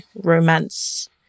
romance